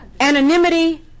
Anonymity